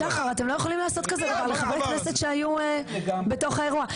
שחר אתם לא יכולים לעשות כזה דבר לחברי כנסת שהיו בתוך האירוע.